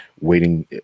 waiting